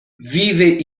vive